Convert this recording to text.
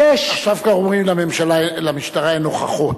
יש, עכשיו כבר אומרים: למשטרה אין הוכחות.